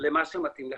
למה שמתאים לך.